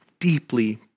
deeply